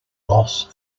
loss